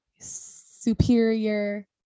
superior